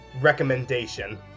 recommendation